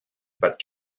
but